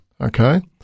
okay